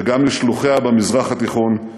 וגם לשלוחיה במזרח התיכון,